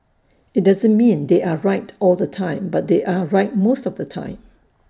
IT doesn't mean they are right all the time but they are right most of the time